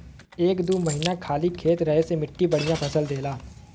एक दू महीना खाली खेत रहे से मट्टी बढ़िया फसल देला